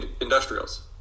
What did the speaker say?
industrials